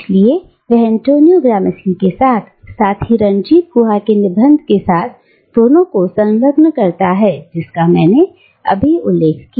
इसलिए वह Antonio Gramsci के साथ साथ ही रणजीत गुहा के निबंध के साथ दोनों को संलग्न करता है जिसका मैंने अभी उल्लेख किया